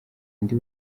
undi